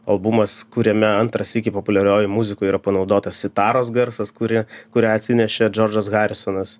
albumas kuriame antrą sykį populiariojoj muzikoj yra panaudotas citaros garsas kuri kurią atsinešė džordžas harisonas